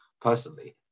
personally